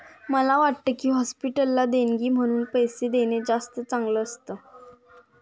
मला वाटतं की, हॉस्पिटलला देणगी म्हणून पैसे देणं जास्त चांगलं असतं